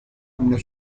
unas